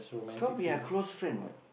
cause we are close friend what